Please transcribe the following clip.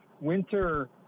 winter